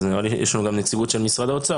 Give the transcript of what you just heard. אז יש לנו גם נציגות של משרד האוצר.